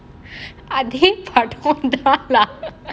அதே:ate part one தான்:thaan lah